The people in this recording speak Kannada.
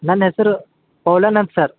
ನನ್ನ ಹೆಸರು ಪೌಲನ್ ಅಂತ ಸರ್